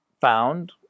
found